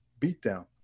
beatdown